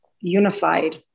unified